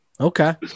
Okay